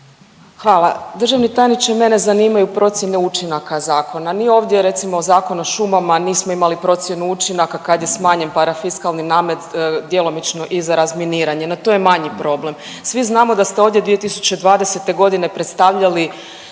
Hvala. Državni tajniče mene zanimaju procjene učinaka zakona. Nije ovdje recimo Zakon o šumama, nismo imali procjenu učinaka, kad je smanjen parafiskalni namet djelomično i za razminiranje. No, to je manji problem. Svi znamo da ste ovdje 2020. godine predstavljali